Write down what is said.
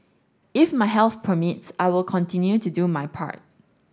if my health permits I will continue to do my part